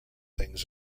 things